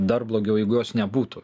dar blogiau jeigu jos nebūtų